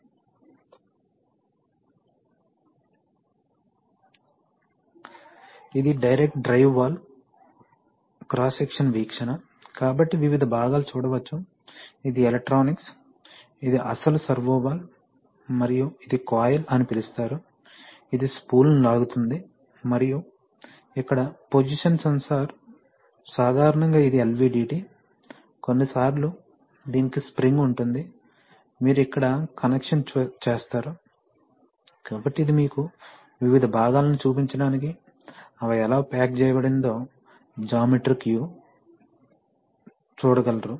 ఇది direct drive valve cross sectional వీక్షణ కాబట్టి వివిధ భాగాలు చూడవచ్చు ఇది ఎలక్ట్రానిక్స్ ఇది అసలు సర్వో వాల్వ్ మరియు ఇది కాయిల్ అని పిలుస్తారు ఇది స్పూల్ను లాగుతుంది మరియు ఇక్కడ పోసిషన్ సెన్సార్ సాధారణంగా ఇది LVDT కొన్నిసార్లు దీనికి స్ప్రింగ్ ఉంటుందిమీరు ఇక్కడ కనెక్షన్ చేస్తారు కాబట్టి ఇది మీకు వివిధ భాగాలను చూపించడానికి అవి ఎలా ప్యాక్ చేయబడిందో జామెట్రిక్ వ్యూ చూడగచూడగలరు